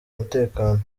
umutekano